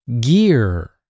Gear